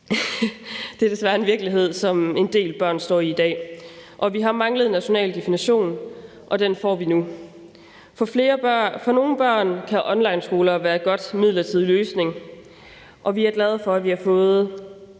Det er desværre en virkelighed, som en del børn står i i dag. Vi har manglet en national definition, og den får vi nu. For nogle børn kan onlineskoler være en god midlertidig løsning, og vi er glade for, at vi har fået